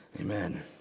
Amen